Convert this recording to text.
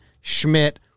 Schmidt